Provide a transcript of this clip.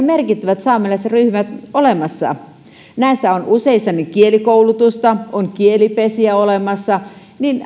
merkittävät saamelaisryhmät olemassa näissä on useissa kielikoulutusta ja on kielipesiä olemassa